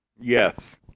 Yes